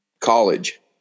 college